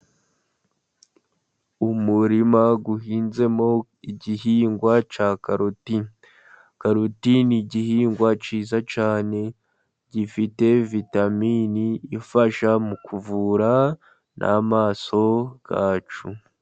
Umurima uhinzemo igihingwa cya karoti. Karoti ni igihingwa cyiza cyane, gifite vitamini ifasha mu kuvura n'amaso yacu.